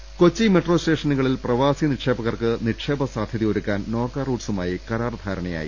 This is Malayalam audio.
രദേഷ്ടെടു കൊച്ചി മെട്രോ സ്റ്റേഷനുകളിൽ പ്രവാസി നിക്ഷേപകർക്ക് നിക്ഷേപ സാധ്യതയൊരുക്കാൻ നോർക്ക റൂട്ട്സുമായി കരാർ ധാരണയായി